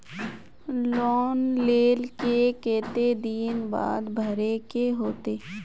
Loan लेल के केते दिन बाद भरे के होते?